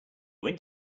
went